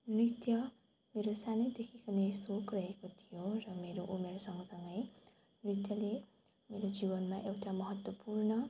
नृत्य मेरो सानैदेखिको नै सोक रहेको थियो र मेरो उमेर सँगसँगै नृत्यले मेरो जीवनमा एउटा महत्त्वपूर्ण